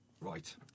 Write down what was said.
Right